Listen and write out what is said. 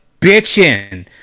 bitching